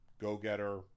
Go-getter